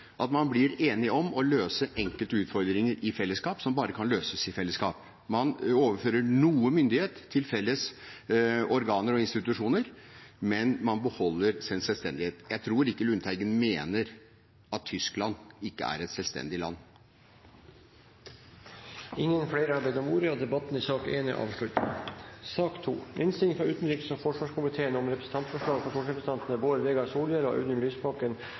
at man blir enige om å løse enkeltutfordringer i fellesskap, som bare kan løses i fellesskap. Man overfører noe myndighet til felles organer og institusjoner, men man beholder sin selvstendighet. Jeg tror ikke Lundteigen mener at Tyskland ikke er et selvstendig land. Flere har ikke bedt om ordet til sak nr. 1. Etter ønske fra utenriks- og forsvarskomiteen vil presidenten foreslå at taletiden blir begrenset til 5 minutter til hver partigruppe og